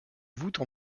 voûtes